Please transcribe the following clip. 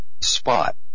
spot